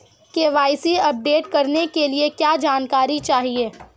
KYC update करने के लिए क्या जानकारी चाहिए?